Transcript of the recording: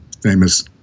famous